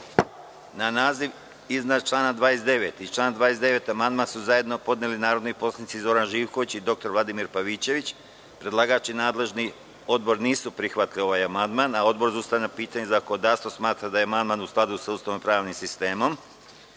naziv iznad člana 29. i član 29. amandman su zajedno podneli narodni poslanici Zoran Živković i dr Vladimir Pavićević. Predlagač i nadležni odbor nisu prihvatili ovaj amandman. Odbor za ustavna pitanja i zakonodavstvo smatra da je amandman u skladu sa Ustavom i pravnim sistemom. Na